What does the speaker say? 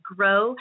grow